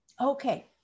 Okay